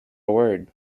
word